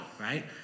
right